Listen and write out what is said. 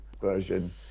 version